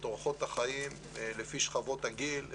את אורחות החיים לפי שכבות הגיל,